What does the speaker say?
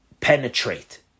penetrate